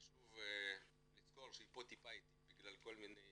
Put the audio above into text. חשוב לזכור שהיא פה קצת איטית בגלל כל מיני